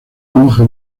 monje